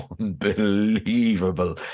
Unbelievable